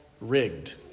rigged